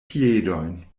piedojn